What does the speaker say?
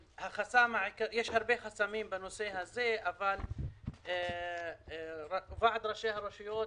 יש הרבה חסמים בנושא הזה, אבל ועד ראשי הרשויות